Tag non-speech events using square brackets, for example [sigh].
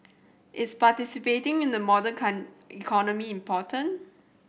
is participating in a modern [unintelligible] economy important